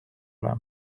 üle